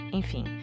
enfim